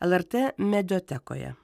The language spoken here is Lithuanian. lrt mediatekoje